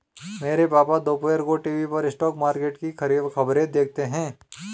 मेरे पापा दोपहर को टीवी पर स्टॉक मार्केट की खबरें देखते हैं